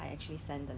okay